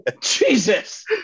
Jesus